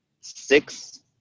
six